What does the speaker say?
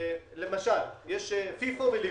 למשל, יש fifo ו-lifo.